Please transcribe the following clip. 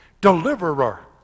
deliverer